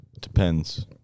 Depends